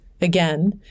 Again